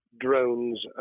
drones